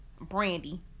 Brandy